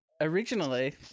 Originally